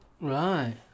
right